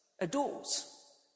adores